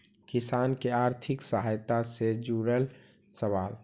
किसान के आर्थिक सहायता से जुड़ल सवाल?